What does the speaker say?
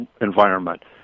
environment